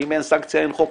שאם אין סנקציה אין חוק.